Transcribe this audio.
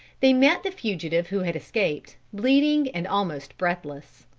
they met the fugitive who had escaped, bleeding and almost breathless.